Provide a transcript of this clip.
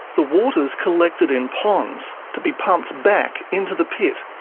the water is collected in ponds to be pumped back into the pit,